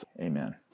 amen